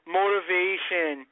motivation